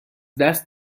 دست